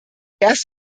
erst